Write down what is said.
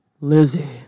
Lizzie